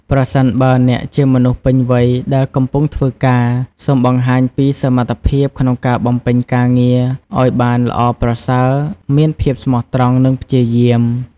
ប្រសិនបើអ្នកជាមនុស្សពេញវ័យដែលកំពុងធ្វើការ សូមបង្ហាញពី សមត្ថភាពក្នុងការបំពេញការងារឲ្យបានល្អប្រសើរ មានភាពស្មោះត្រង់ និងព្យាយាម។